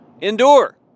Endure